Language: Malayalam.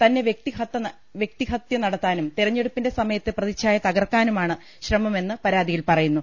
തന്നെ വൃക്തിഹത്വ നട ത്താനും തിരഞ്ഞെടുപ്പിന്റെ സമയത്തെ പ്രതിച്ഛായ തകർക്കാനുമാണ് ശ്രമ മെന്ന് പരാതിയിൽ പറയുന്നു